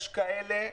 יש כאלה,